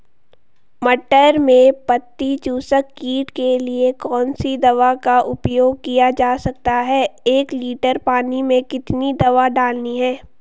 मटर में पत्ती चूसक कीट के लिए कौन सी दवा का उपयोग किया जा सकता है एक लीटर पानी में कितनी दवा डालनी है?